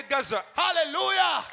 Hallelujah